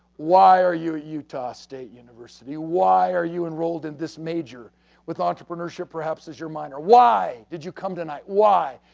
why are you utah state university? why are you enrolled in this major with entrepreneurship perhaps as your minor, why did you come tonight, why.